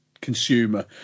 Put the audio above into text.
consumer